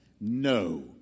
No